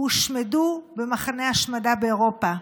הושמדו במחנה ההשמדה באירופה.